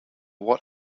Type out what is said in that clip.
what